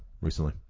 recently